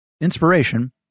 Inspiration